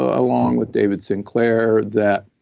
ah along with david sinclair, that